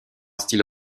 style